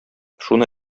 шуны